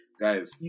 Guys